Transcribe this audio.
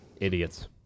Idiots